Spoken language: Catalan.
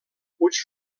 puig